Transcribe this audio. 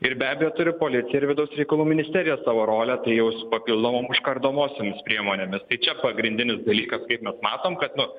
ir be abejo turi policija ir vidaus reikalų ministerija savo rolę tai jau su papildomom užkardomosiomis priemonėmis tai čia pagrindinis dalykas kaip mes matom kad nu